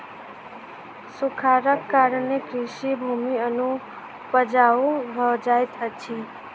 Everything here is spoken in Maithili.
सूखाड़क कारणेँ कृषि भूमि अनुपजाऊ भ जाइत अछि